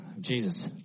Jesus